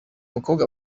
bakobwa